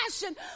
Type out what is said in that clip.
passion